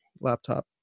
laptop